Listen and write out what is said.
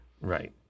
Right